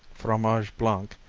fromage blanc,